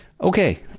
okay